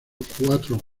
cuatro